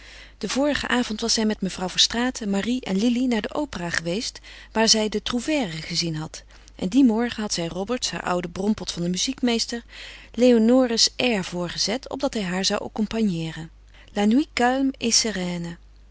den vorigen avond was zij met mevrouw verstraeten marie en lili naar de opera geweest waar zij de trouvère gezien had en dien morgen had zij roberts haar ouden brompot van een muziekmeester léonore's air voorgezet opdat hij haar zou accompagneeren la